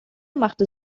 machte